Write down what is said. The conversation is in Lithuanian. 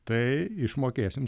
tai išmokėsim